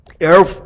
Air